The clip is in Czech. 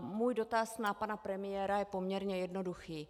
Můj dotaz na pana premiéra je poměrně jednoduchý.